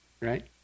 Right